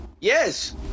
Yes